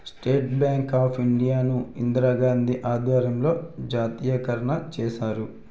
state bank of India ను ఇందిరాగాంధీ ఆధ్వర్యంలో జాతీయకరణ చేశారు